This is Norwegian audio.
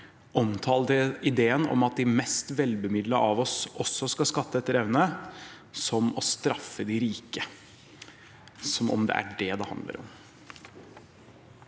omtalte ideen om at de mest velbemidlede av oss også skal skatte etter evne, som å straffe de rike – som om det er det det handler om.